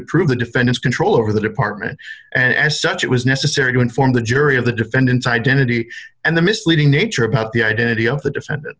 prove the defendant's control over the department and as such it was necessary to inform the jury of the defendant's identity and the misleading nature about the identity of the defendant